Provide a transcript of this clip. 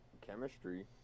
chemistry